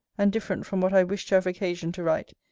and different from what i wished to have occasion to write,